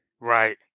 Right